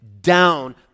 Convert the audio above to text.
down